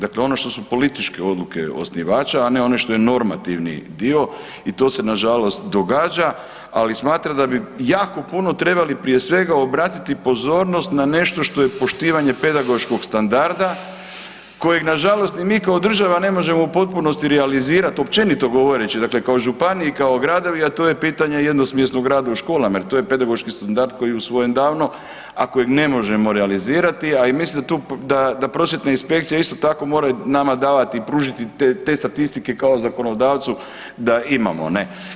Dakle ono što su političke odluke osnivača, a ne one što je normativni dio i to se nažalost događa, ali smatram da bi jako puno trebali, prije svega, obratiti pozornost na nešto što je poštivanje pedagoškog standarda kojeg nažalost ni mi kao država ne možemo u potpunosti realizirati, općenito govoreći, dakle kao županija i kao gradovi, a to je pitanje jednosmjenskog rada u školama, jer to je pedagoški standard koji je usvojen davno, a kojeg ne možemo realizirati, a i mislim da tu, da prosvjetna inspekcija, isto tako, mora nama davati i pružiti te statistike kao zakonodavcu da imamo, ne?